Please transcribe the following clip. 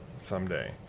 someday